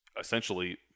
essentially